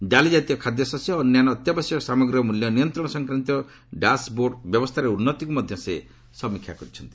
ଡାଲି ଜାତୀୟ ଖାଦ୍ୟଶସ୍ୟ ଓ ଅନ୍ୟାନ୍ୟ ଅତ୍ୟାବଶ୍ୟକୀୟ ସାମଗ୍ରୀର ମୂଲ୍ୟ ନିୟନ୍ତ୍ରଣ ସଂକ୍ରାନ୍ତୀୟ ଡ୍ୟାସ୍ ବୋର୍ଡ୍ ବ୍ୟବସ୍ଥାରେ ଉନ୍ନତିକୁ ମଧ୍ୟ ସେ ସମୀକ୍ଷା କରିଛନ୍ତି